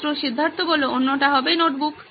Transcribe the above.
ছাত্র সিদ্ধার্থ অন্যটি হবে নোটবুক